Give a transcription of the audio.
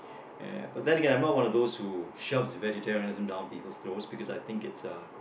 but then Again I'm not one of those who shove vegetarian down people throat because I think